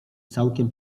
całkiem